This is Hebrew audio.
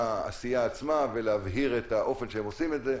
בעשייה עצמה ולהבהיר את האופן שבו הם עושים את זה.